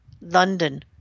London